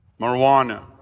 marijuana